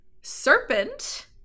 serpent